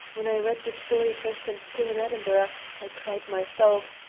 when i read the story first in school in edinburgh, i cried, myself,